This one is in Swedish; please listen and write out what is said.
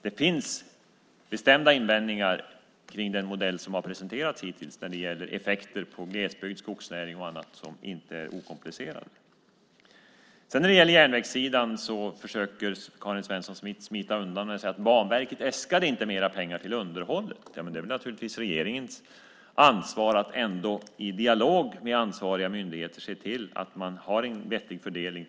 Det finns bestämda invändningar kring den modell som hittills presenterats när det gäller effekter på glesbygd, skogsnäring och annat som inte är okomplicerade. På järnvägssidan försöker Karin Svensson Smith smita undan genom att säga att Banverket inte äskade mer pengar till underhållet. Ja, men det är väl ändå regeringens ansvar att i en dialog med ansvariga myndigheter se till att det är en vettig fördelning.